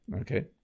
okay